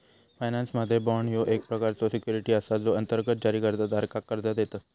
फायनान्समध्ये, बाँड ह्यो एक प्रकारचो सिक्युरिटी असा जो अंतर्गत जारीकर्ता धारकाक कर्जा देतत